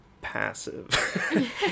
passive